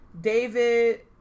David